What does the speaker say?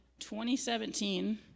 2017